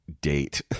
date